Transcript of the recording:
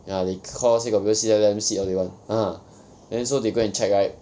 ya they call say got people sit then let them sit all they want ah